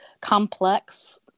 complex